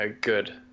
good